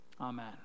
amen